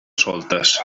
soltes